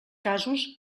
casos